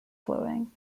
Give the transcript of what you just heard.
flowing